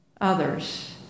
others